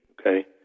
okay